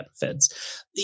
benefits